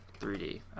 3D